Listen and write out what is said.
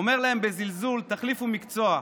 הוא אומר להם בזלזול: תחליפו מקצוע,